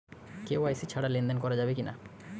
KYC ছাড়া লেনদেন করা যাবে কিনা?